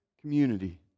community